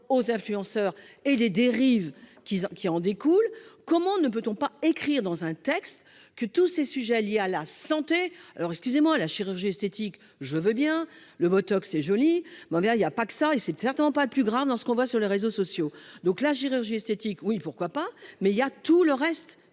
aux influenceurs et les dérives qui qui en découlent. Comment ne peut-on pas écrire dans un texte que tous ces sujets liés à la santé. Alors excusez-moi la chirurgie esthétique. Je veux bien le Botox est jolie ma il y a pas que ça et c'est certainement pas le plus grave dans ce qu'on voit sur les réseaux sociaux. Donc la chirurgie esthétique. Oui pourquoi pas, mais il y a tout le reste